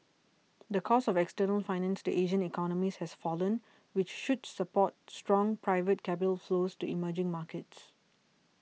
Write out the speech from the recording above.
the cost of external finance to Asian economies has fallen which should support strong private capital flows to emerging markets